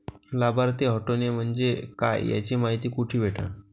लाभार्थी हटोने म्हंजे काय याची मायती कुठी भेटन?